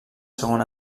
segon